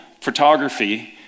photography